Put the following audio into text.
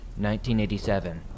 1987